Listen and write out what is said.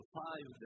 five